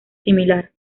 similar